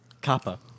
Kappa